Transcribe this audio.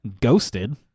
ghosted